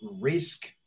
risk